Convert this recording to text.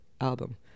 album